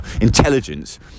intelligence